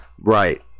Right